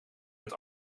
met